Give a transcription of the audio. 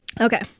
Okay